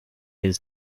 his